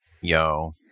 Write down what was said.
yo